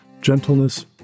gentleness